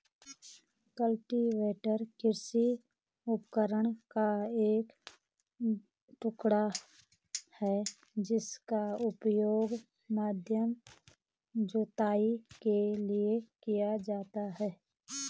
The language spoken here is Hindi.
कल्टीवेटर कृषि उपकरण का एक टुकड़ा है जिसका उपयोग माध्यमिक जुताई के लिए किया जाता है